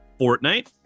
Fortnite